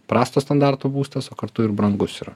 prastas standartų būstas o kartu ir brangus yra